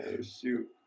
shoot